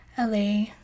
LA